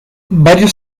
varios